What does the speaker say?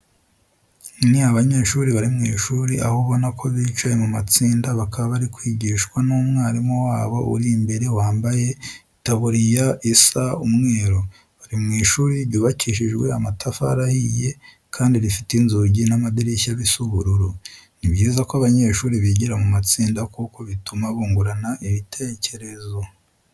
Ni abanyeshuri bari mu ishuri aho ubona ko bicaye mu matsinda bakaba bari kwigishwa n'umwarimu wabo uri imbere wambaye itaburuya isa umweru. Bari mu ishuri ryubakishijwe amatafari ahiye kandi rifite inzugi n'amadirishya bisa ubururu. Ni byiza ko abanyeshuri bigira mu matsinda kuko bituma bungurana ibitekerezo.